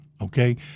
Okay